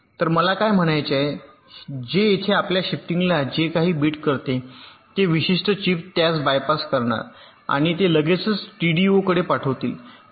तर मला काय म्हणायचे आहे जे येथे आपल्या शिफ्टिंगला जे काही बिट करते ते विशिष्ट चिप त्यास बायपास करणार आहे आणि ते लगेचच टीडीओकडे पाठवितील